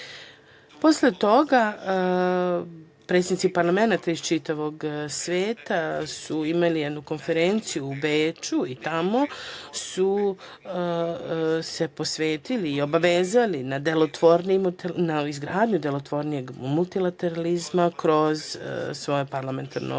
toga, predsednici parlamenata iz čitavog sveta su imali jednu konferenciju u Beču i tamo su se posvetili, obavezali na izgradnju delotvornijeg multilateralizma kroz svoje parlamentarno vođstvo.